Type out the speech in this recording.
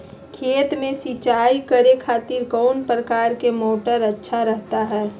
खेत में सिंचाई करे खातिर कौन प्रकार के मोटर अच्छा रहता हय?